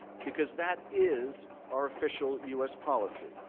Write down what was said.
because that is our official u s. policy.